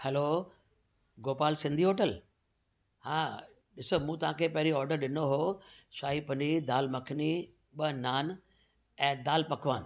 hello Gopal Sindhi hotel हा इहे सभु मूं तव्हांखे पहिरियों ऑडर ॾिनो हुओ शाही पनीर दालि मखनी ॿ नान ऐं दालि पकवान